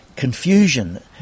confusion